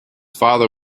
father